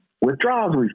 withdrawals